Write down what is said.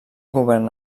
govern